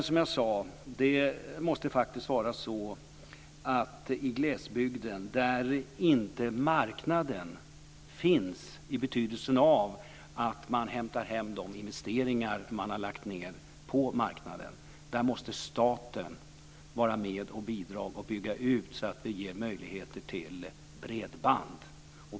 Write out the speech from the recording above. Som jag sade måste staten i glesbygden, där det inte finns någon marknad i betydelsen att man hämtar hem de investeringar man har lagt ned, faktiskt vara med och bidra och bygga ut, så att det ger möjligheter till bredband.